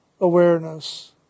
awareness